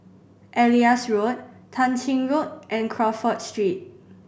Elias Road Tah Ching Road and Crawford Street